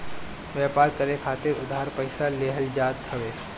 व्यापार करे खातिर उधार पईसा लेहल जात हवे